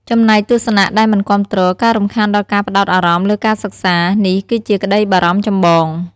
ចំណែកទស្សនៈដែលមិនគាំទ្រ ការរំខានដល់ការផ្តោតអារម្មណ៍លើការសិក្សារ នេះគឺជាក្តីបារម្ភចម្បង។